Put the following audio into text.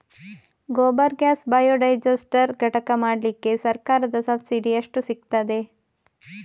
Gobar gas biodigester ಘಟಕ ಮಾಡ್ಲಿಕ್ಕೆ ಸರ್ಕಾರದ ಸಬ್ಸಿಡಿ ಎಷ್ಟು ಸಿಕ್ತಾದೆ?